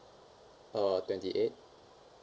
uh twenty eight